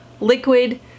Liquid